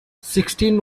sixteen